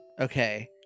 Okay